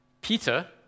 Peter